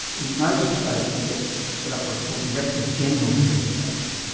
in most states you get set up what's called director-generals of education,